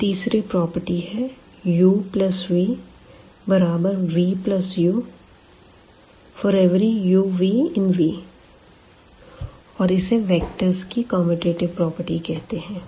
यह तीसरी प्रॉपर्टी है uvvu for uv∈V और इसे वेक्टर की कम्यूटटिव प्रॉपर्टी कहते है